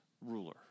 ruler